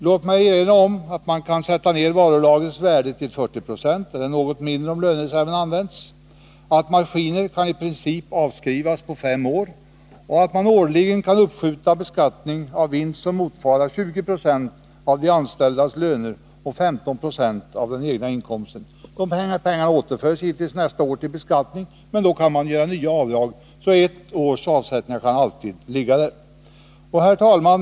Låt mig erinra om att man kan sätta ned varulagrets värde till 40 96, eller något mindre om lönereserven används, att maskiner i princip kan avskrivas på fem år och att man årligen kan uppskjuta beskattning av vinst som motsvarar 20 96 av de anställdas löner och 15 96 av den egna inkomsten. De pengarna återförs givetvis nästa år till beskattning, men då kan man göra nya avdrag, så ett års avsättningar kan alltid ligga där. Herr talman!